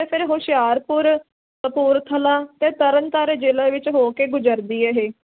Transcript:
ਅਤੇ ਫਿਰ ਹੁਸ਼ਿਆਰਪੁਰ ਕਪੂਰਥਲਾ ਅਤੇ ਤਰਨ ਤਾਰਨ ਜ਼ਿਲ੍ਹੇ ਵਿੱਚ ਹੋ ਕੇ ਗੁਜ਼ਰਦੀ ਇਹ